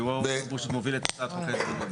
כי הוא זה שמוביל את חקיקת חוק ההסדרים.